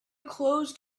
closed